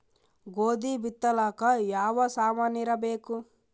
ಗೋಧಿ ಬಿತ್ತಲಾಕ ಯಾವ ಸಾಮಾನಿರಬೇಕು?